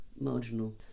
marginal